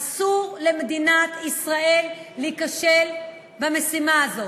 אסור למדינת ישראל להיכשל במשימה הזאת.